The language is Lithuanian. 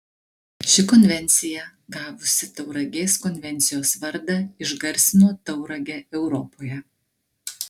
ši konvencija gavusi tauragės konvencijos vardą išgarsino tauragę europoje